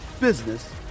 business